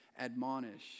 admonish